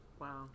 wow